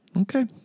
Okay